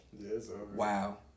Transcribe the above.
Wow